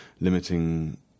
limiting